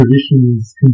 traditions